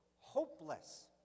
hopeless